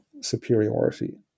superiority